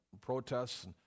protests